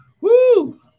Woo